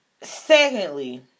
Secondly